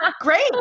great